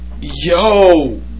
Yo